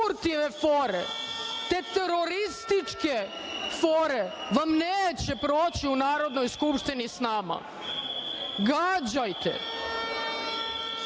te terorističke fore vam neće proći u Narodnoj Skupštini sa nama. Gađajte,